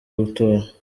gutora